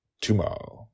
tomorrow